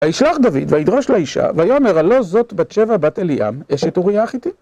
הישלח דוד וידרוש לאישה ויאמר הלא זאת בת שבע בת אליעם, אשת אוריה החיתי.